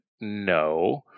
no